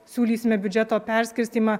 siūlysime biudžeto perskirstymą